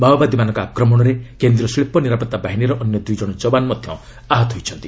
ମାଓବାଦୀମାନଙ୍କ ଆକ୍ରମଣରେ କେନ୍ଦ୍ରୀୟ ଶିଳ୍ପ ନିରାପତ୍ତା ବାହିନୀର ଅନ୍ୟ ଦୁଇ ଜଣ ଯବାନ ମଧ୍ୟ ଆହତ ହୋଇଛନ୍ତି